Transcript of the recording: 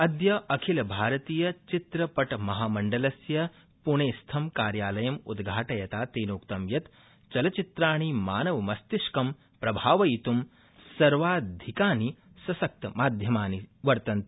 अद्य अखिलभारतीयचित्रपटमहामण्डलस्य पुणेस्थं कार्यालयं उद्घाटयता तेनोक्तं यत् चलच्चित्राणि मानवमस्तिष्कं प्रभावायित् सर्वाधिकानि सशक्त माध्यमानि वर्तते